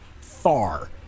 far